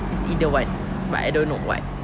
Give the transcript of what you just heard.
it's either one but I don't know [what]